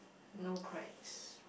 no cracks